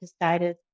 decided